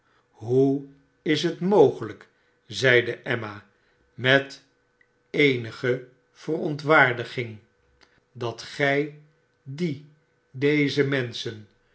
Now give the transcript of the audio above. hoe is het mogelijk zeide emma met eenige verontwaardiging ft juffrouw miggs triomfeert dat gij die deze menschen